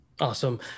Awesome